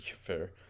Fair